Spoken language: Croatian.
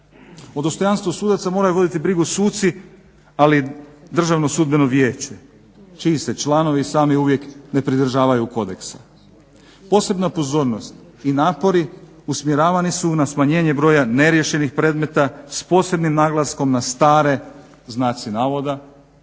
O dostojanstvu sudaca moraju voditi brigu suci ali i Državno sudbeno vijeće čiji se članovi sami uvijek ne pridržavaju kodeksa. Posebna pozornost i napori usmjeravani na smanjenje broja neriješenih predmeta s posebnim naglaskom na "stare" predmete,